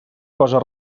cosa